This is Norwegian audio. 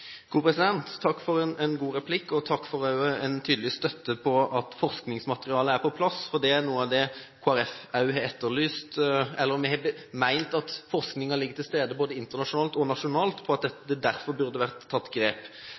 replikk, og takk også for tydelig støtte til at forskningsmaterialet er på plass, for Kristelig Folkeparti har ment at forskningen er til stede, både internasjonalt og nasjonalt, og at det derfor burde vært tatt grep.